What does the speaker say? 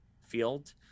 field